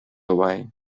away